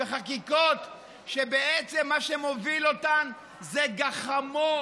בחקיקות שבעצם מה שמוביל אותן זה גחמות.